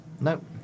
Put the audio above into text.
Nope